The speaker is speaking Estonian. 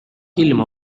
ilma